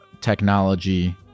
technology